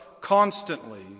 constantly